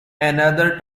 another